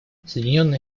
соединенные